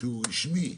שהוא רשמי,